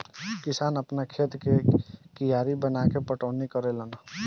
किसान आपना खेत मे कियारी बनाके पटौनी करेले लेन